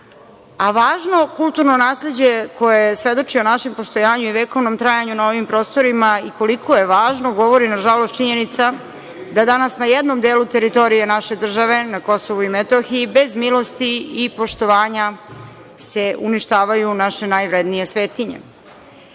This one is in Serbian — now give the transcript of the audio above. kulturno nasleđe koje svedoči o našem postojanju i vekovnom trajanju na ovim prostorima i koliko je važno govori nažalost činjenica da danas na jednom delu teritorije naše države, na Kosovu i Metohiji, bez milosti i poštovanja se uništavaju naše najvrednije svetinje,